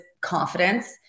confidence